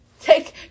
Take